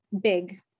big